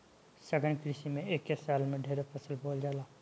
सघन कृषि में एके साल में ढेरे फसल बोवल जाला